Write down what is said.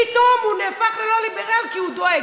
פתאום הוא נהפך ללא-ליברל כי הוא דואג.